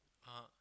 (uh huh)